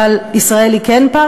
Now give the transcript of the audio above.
אבל ישראל היא כן פרטנר?